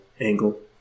angle